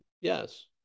Yes